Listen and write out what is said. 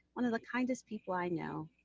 one of the kindest people i know,